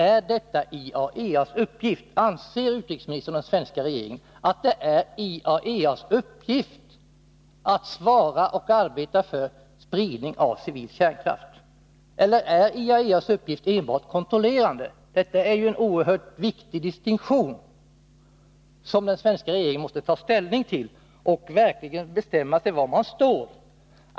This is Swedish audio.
Är detta IAEA:s uppgift? Anser utrikesministern och den svenska regeringen att det är IAEA:s uppgift att arbeta för spridning av civil kärnkraft? Eller är IAEA:s uppgift enbart kontrollerande? Det är en oerhört viktig distinktion som den svenska regeringen måste ta ställning till. Den måste verkligen bestämma sig för var den står.